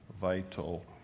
vital